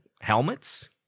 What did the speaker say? helmets